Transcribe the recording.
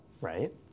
right